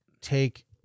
take